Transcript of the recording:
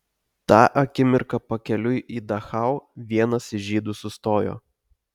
tą akimirką pakeliui į dachau vienas iš žydų sustojo